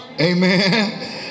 Amen